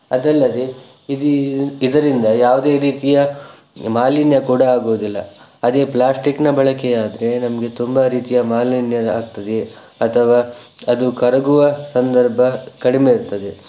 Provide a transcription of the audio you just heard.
ಅದಲ್ಲದೇ ಇದಿ ಇದರಿಂದ ಯಾವುದೇ ರೀತಿಯ ಮಾಲಿನ್ಯ ಕೂಡ ಆಗುವುದಿಲ್ಲ ಅದೇ ಪ್ಲಾಸ್ಟಿಕ್ನ ಬಳಕೆಯಾದರೆ ನಮಗೆ ತುಂಬ ರೀತಿಯ ಮಾಲಿನ್ಯ ಆಗ್ತದೆ ಅಥವಾ ಅದು ಕರಗುವ ಸಂದರ್ಭ ಕಡಿಮೆ ಇರ್ತದೆ